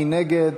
מי נגד?